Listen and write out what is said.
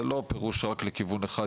זה לא פירוש רק לכיוון אחד,